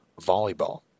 volleyball